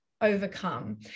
overcome